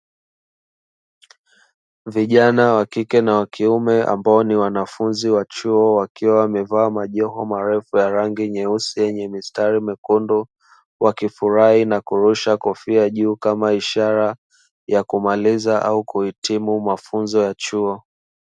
Vijana wa kike na wakiume ambao ni wanafunzi wa chuo wakiwa wamevaa majoho marefu ya rangi nyeusi yenye mistari mekundu, wakifurahi na kurusha kofia juu kama ishara ya kumaliza au kuitimu mafunzo ya chuo.